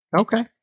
Okay